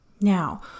Now